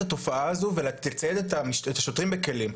התופעה הזו ולצייד את השוטרים בכלים,